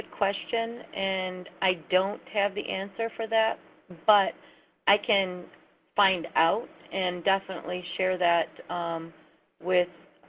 question. and i don't have the answer for that but i can find out and definitely share that with